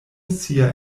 sia